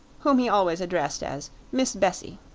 whom he always addressed as miss bessie.